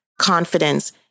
confidence